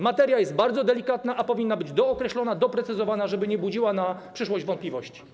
Materia jest bardzo delikatna, więc powinna być dookreślona, doprecyzowana, żeby nie budziła w przyszłości wątpliwości.